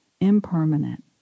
impermanent